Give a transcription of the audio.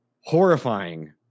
horrifying